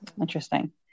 Interesting